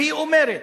והיא אומרת,